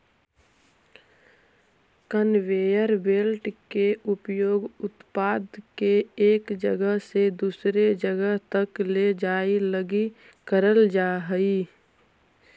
conveyor belt के उपयोग उत्पाद के एक जगह से दूसर जगह तक ले जाए लगी करल जा हई